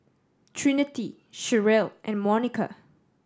Trinity Cherelle and Monica